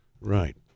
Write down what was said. Right